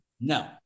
No